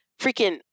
freaking